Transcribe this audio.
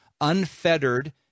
unfettered